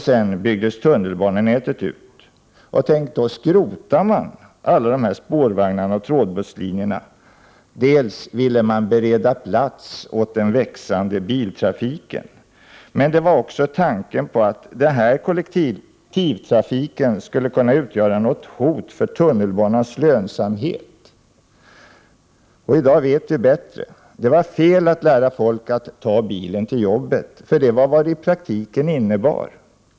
Sedan byggdes tunnelbanenätet ut, och då skrotade man alla spårvagnar och trådbusslinjer dels för att bereda plats åt trafiken, dels för att dessa inte skulle utgöra något hot mot tunnelbanans lönsamhet. I dag vet vi bättre. Det var fel att lära folk att ta bilen till jobbet, för det var vad det i praktiken innebar.